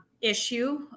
issue